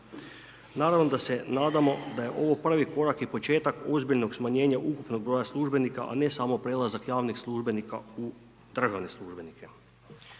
Naravno da se nadamo, da je ovo prvi korak i početak ozbiljnog smanjenja ukupnog br. službenika, a ne samo prelazak javnih službenika u državne službenike.